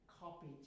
copy